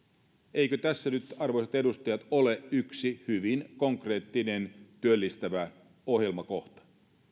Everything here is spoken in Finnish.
eikö tässä nyt arvoisat edustajat ole yksi hyvin konkreettinen työllistävä ohjelmakohta